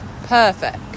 Perfect